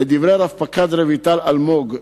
לדברי רב-פקד רויטל אלמוג,